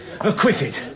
Acquitted